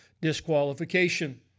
disqualification